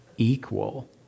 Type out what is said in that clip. Equal